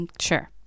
Sure